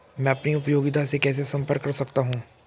मैं अपनी उपयोगिता से कैसे संपर्क कर सकता हूँ?